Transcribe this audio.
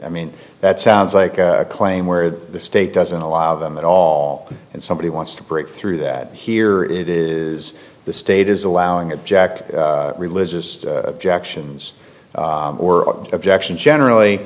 i mean that sounds like a claim where the state doesn't allow them at all and somebody wants to break through that here it is the state is allowing object religious objections or objection generally